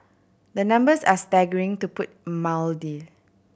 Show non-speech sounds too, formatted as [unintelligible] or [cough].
the numbers are staggering to put [unintelligible]